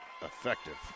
effective